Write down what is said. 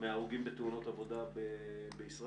מההרוגים בתאונות עבודה בישראל,